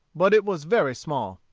but it was very small.